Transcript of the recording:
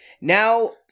now